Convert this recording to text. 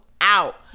out